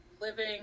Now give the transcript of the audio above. living